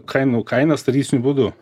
kainų kainas tradiciniu būdu